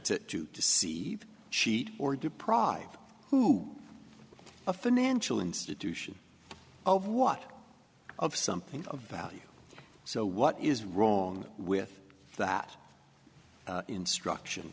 him to deceive cheat or deprive who a financial institution over what of something of value so what is wrong with that instruction